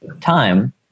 time